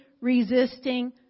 resisting